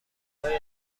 های